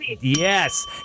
Yes